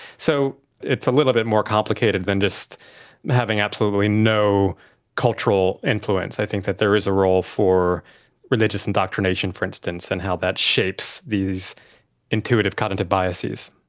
so is little bit more complicated than just having absolutely no cultural influence. i think that there is a role for religious indoctrination, for instance, and how that shapes these intuitive cognitive biases.